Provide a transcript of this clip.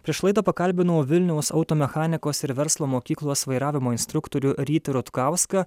prieš laidą pakalbinau vilniaus auto mechanikos ir verslo mokyklos vairavimo instruktorių rytį rutkauską